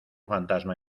fantasma